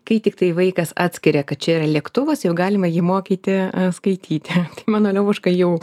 kai tiktai vaikas atskiria kad čia yra lėktuvas jau galima jį mokyti skaityti mano levuška jau